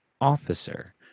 Officer